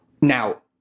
now